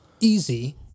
Easy